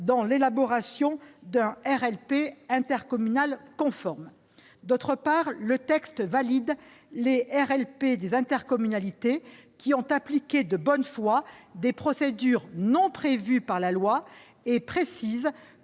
dans l'élaboration d'un RLP intercommunal conforme. Ensuite, le texte valide les RLP des intercommunalités qui ont appliqué de bonne foi des procédures non prévues par la loi, et précise